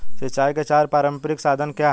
सिंचाई के चार पारंपरिक साधन क्या हैं?